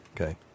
Okay